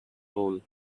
hole